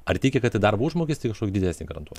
ar tiki kad ir darbo užmokestį kažkokį didesnį garantuos